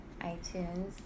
itunes